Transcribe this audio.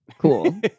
Cool